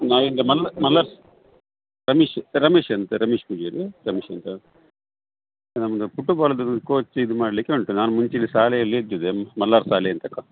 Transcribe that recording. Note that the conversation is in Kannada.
ನಾಯಿಡ್ ಮಲ್ಲ ಮಲ್ಲಾರ್ ರಮಿಶ್ ರಮಿಶ್ ಅಂತ ರಮಿಶ್ ಪೂಜಾರಿ ರಮಿಶ್ ಅಂತ ನಮ್ದು ಫುಟ್ಬಾಲ್ದೊಂದು ಕೋಚ್ ಇದು ಮಾಡಲಿಕ್ಕೆ ಉಂಟು ನಾನು ಮುಂಚಿನ ಶಾಲೆಯಲ್ಲಿ ಇದ್ದಿದೆ ಮಲ್ಲಾರ್ ಶಾಲೆ ಅಂತಕ್ಕ